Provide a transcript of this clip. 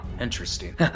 interesting